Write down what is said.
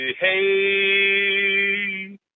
Hey